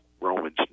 Romans